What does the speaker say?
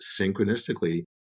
synchronistically